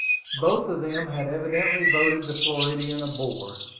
both of them had evidently voted the floridian a bore.